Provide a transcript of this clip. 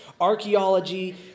archaeology